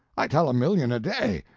i tell a million a day!